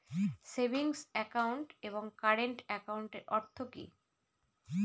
Savings account এবং current একাউন্টের অর্থ কি?